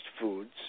foods